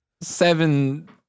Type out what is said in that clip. seven